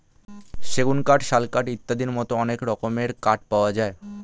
সেগুন কাঠ, শাল কাঠ ইত্যাদির মতো অনেক রকমের কাঠ পাওয়া যায়